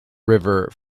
river